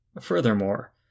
Furthermore